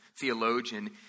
theologian